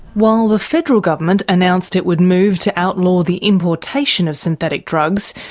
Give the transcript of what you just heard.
while the federal government announced it would move to outlaw the importation of synthetic drugs,